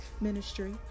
ministry